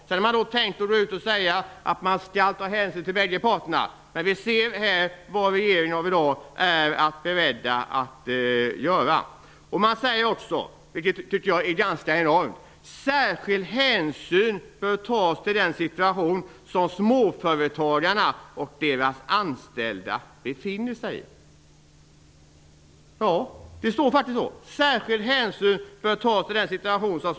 Sedan har man tänkt säga att man skall ta hänsyn till bägge parter, men vi ser vad regeringen är beredda att göra i dag. Det sägs också - vilket jag tycker är ganska enormt - att särskild hänsyn bör tas till den situation som småföretagarna och deras anställda befinner sig i. Det står faktiskt så.